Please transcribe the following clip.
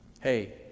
Hey